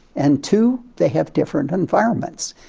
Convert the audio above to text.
and two, they have different environments.